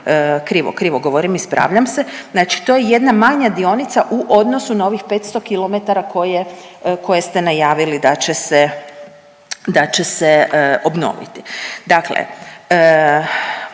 Krivo, krivo govorim, ispravljam se. Znači to je jedna manja dionica u odnosu na ovih 500 km koje ste najavili da će se obnoviti.